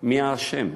מי האשם,